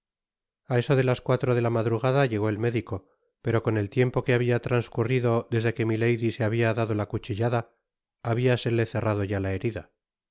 a eso de las cuatro de la madrugada llegó el médico pero con el tiempo que habia transcurrido desde que milady se habia dado la cuchillada habiasele cerrado ya la